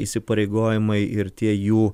įsipareigojimai ir tie jų